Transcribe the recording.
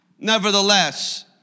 Nevertheless